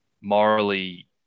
morally